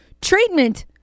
treatment